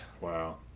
Wow